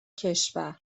کشور